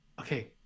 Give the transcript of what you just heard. okay